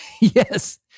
Yes